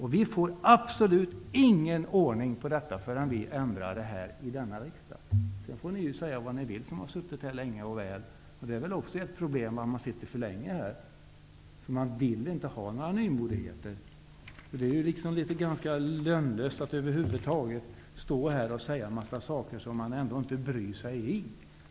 Vi får absolut ingen ordning på detta förrän vi får en förändring i denna riksdag. Sedan får ni som har suttit här länge säga vad ni vill. Ett problem, om man sitter här för länge, är att man inte vill ha några nymodigheter. Det är ganska lönlöst att över huvud taget stå här och säga en massa saker som ingen ändå bryr sig om.